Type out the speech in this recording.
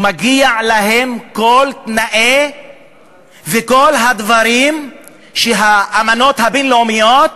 ומגיעים להם כל התנאים וכל הדברים של האמנות הבין-לאומיות